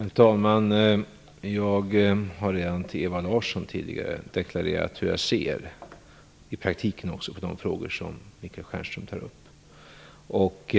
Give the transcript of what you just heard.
Herr talman! Jag har redan tidigare till Ewa Larsson deklarerat hur jag också i praktiken ser på de frågor som Michael Stjernström tar upp.